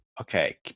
okay